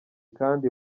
kandi